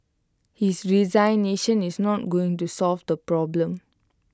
his resignation is not going to solve the problem